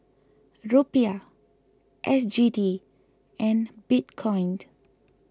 Rupiah S G D and Bitcoin